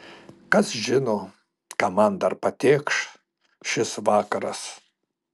kas žino ką man dar patėkš šis vakaras